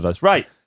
Right